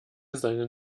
seinen